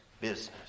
business